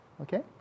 Okay